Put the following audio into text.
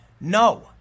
no